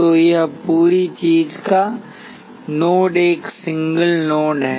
तो यह पूरी चीज का नोड है एक सिंगल नोड है